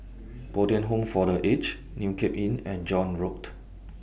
Bo Tien Home For The Aged New Cape Inn and John Road